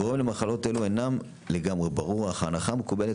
הגורם למחלות אלו אינו לגמרי ברור אך ההנחה המקובלת